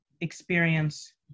experience